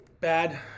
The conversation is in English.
bad